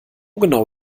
genau